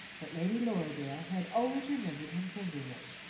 but lady lorridaile had always remembered him tenderly,